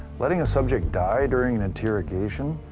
letting a subject die during an interrogation?